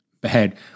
bad